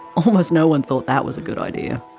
almost no one thought that was a good idea.